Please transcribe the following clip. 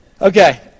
Okay